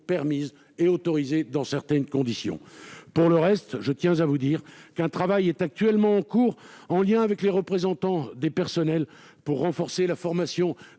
parfaitement autorisées dans certaines conditions. Pour le reste, je tiens à vous dire qu'un travail est actuellement mené, en lien avec les représentants des personnels, pour renforcer la formation